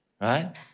Right